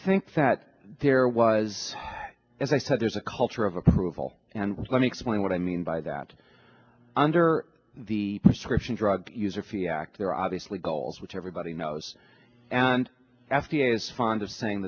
think that there was as i said there's a culture of approval and let me explain what i mean by that under the prescription drug user fee act there are obviously goals which everybody knows and f d a is fond of saying